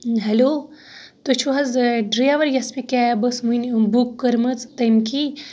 hello تُہۍ چھِو حظ ڈریور یۄس مےٚ کیب ٲس ؤنۍ بُک کٔرمٕژ تٔمۍ کی